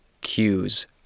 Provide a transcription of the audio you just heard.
cues